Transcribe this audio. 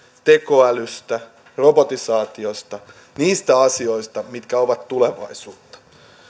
tekoälystä robotisaatiosta niistä asioista mitkä ovat tulevaisuutta